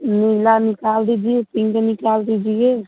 नीला निकाल दीजिए पिंक निकाल दीजिए